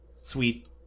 sweet